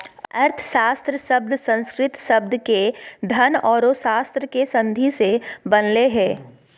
अर्थशास्त्र शब्द संस्कृत शब्द के धन औरो शास्त्र के संधि से बनलय हें